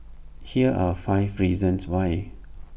here are five reasons why